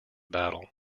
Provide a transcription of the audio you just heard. battle